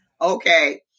okay